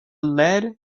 lead